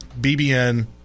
BBN